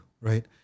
right